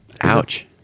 Ouch